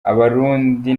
abarundi